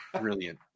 brilliant